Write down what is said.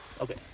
Okay